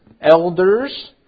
elders